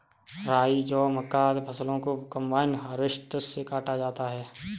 राई, जौ, मक्का, आदि फसलों को कम्बाइन हार्वेसटर से काटा जाता है